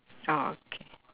okay